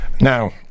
Now